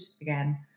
again